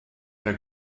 der